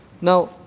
Now